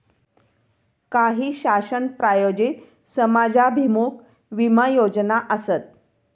काही शासन प्रायोजित समाजाभिमुख विमा योजना आसत